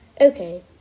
Okay